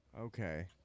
Okay